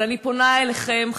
אבל אני פונה אליכם,